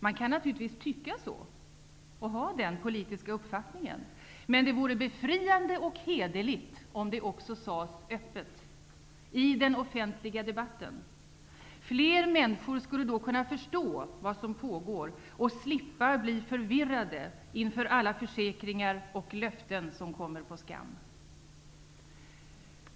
Man kan naturligtvis tycka så och ha den politiska uppfattningen, men det vore befriande och hederligt om det också sades öppet, i den offentliga debatten. Fler människor skulle då kunna förstå vad som pågår och slippa bli förvirrade inför alla försäkringar och löften som kommer på skam.